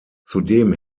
zudem